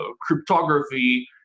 cryptography